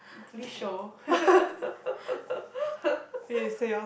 police show